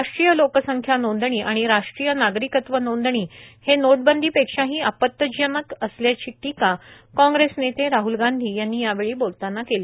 राष्ट्रीय लोकसंख्या नोंदणी आणि राष्ट्रीय नागरिकत्व नोंदणी हे नोटबंदी पेक्षाही आपतीजनक असल्याची टीका काँग्रेस नेते राहल गांधी यांनी यावेळी बोलतांना केली